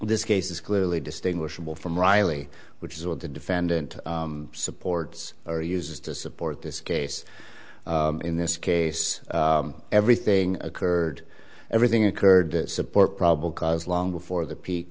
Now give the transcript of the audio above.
this case is clearly distinguishable from riley which is what the defendant supports or uses to support this case in this case everything occurred everything occurred that support probable cause long before the peak